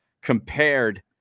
Compared